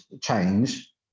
change